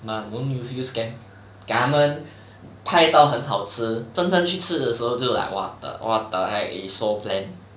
but won't you feel scammed 给他们拍到很好吃真正去吃的时候就 like what the what the heck is so bland